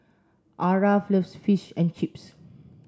Aarav loves Fish and Chips